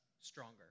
stronger